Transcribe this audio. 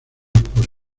por